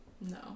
No